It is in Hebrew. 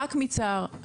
רק מצער.